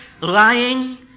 lying